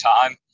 time